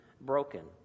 broken